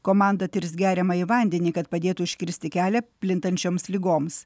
komanda tirs geriamąjį vandenį kad padėtų užkirsti kelią plintančioms ligoms